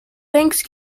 thanks